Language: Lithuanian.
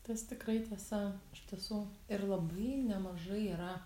tas tikrai tiesa iš tiesų ir labai nemažai yra